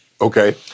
Okay